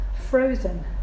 frozen